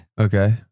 Okay